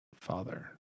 father